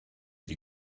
die